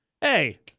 Hey